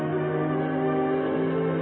or